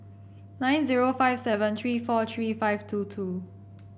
nine zero five seven three four three five two two